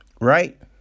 Right